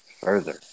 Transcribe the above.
further